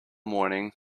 morning